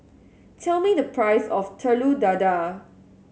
tell me the price of Telur Dadah